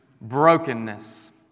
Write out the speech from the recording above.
brokenness